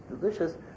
delicious